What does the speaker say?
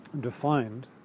defined